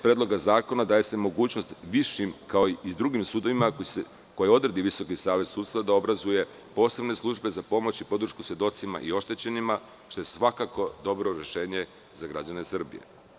Predloga zakona daje se mogućnost višim, kao i drugim sudovima koje odredi Visoki savet sudstva, da obrazuje posebne službe za pomoć i podršku svedocima i oštećenima, što je svakako dobro rešenje za građane Srbije.